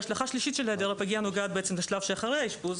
השלכה שלישית של היעדר הפגיעה נוגעת לשלב שאחרי האשפוז